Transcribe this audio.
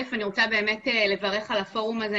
אני רוצה באמת לברך על הפורום הזה,